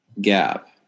gap